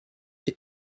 your